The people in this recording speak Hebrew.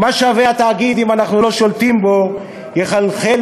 "מה שווה התאגיד אם אנחנו לא שולטים בו" יחלחל